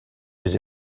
les